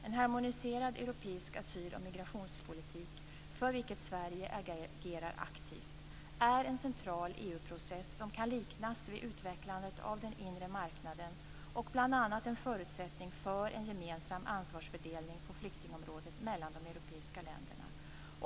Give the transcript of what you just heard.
En harmoniserad europeisk asyl och migrationspolitik - för vilket Sverige agerar aktivt - är en central EU-process som kan liknas vid utvecklandet av den inre marknaden och bl.a. en förutsättning för en gemensam ansvarsfördelning på flyktingområdet mellan de europeiska länderna.